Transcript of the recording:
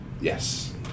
Yes